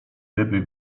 ryby